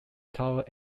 tower